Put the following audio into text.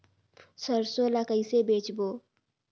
सरसो ला कइसे बेचबो?